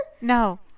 No